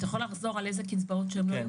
יכול לחזור איזה קצבאות לא יוחרגו?